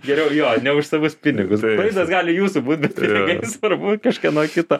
geriau jo ne už savus pinigus klaidos gali jūsų būt pinigai svarbu kažkieno kito